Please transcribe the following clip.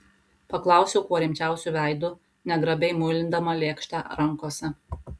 paklausiau kuo rimčiausiu veidu negrabiai muilindama lėkštę rankose